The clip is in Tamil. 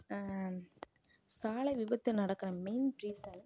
சாலை விபத்து நடக்கிற மெயின் ரீசன்